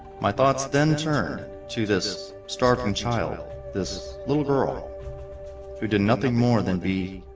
my thoughts then turn to this starving child this little girl who did nothing more than be?